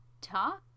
talk